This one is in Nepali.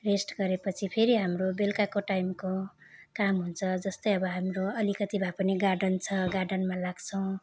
रेस्ट गरेपछि फेरि हाम्रो बेलुकाको टाइमको काम हुन्छ जस्तै अब हाम्रो अलिकति भए पनि गार्डन छ गार्डनमा लाग्छौँ